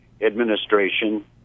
administration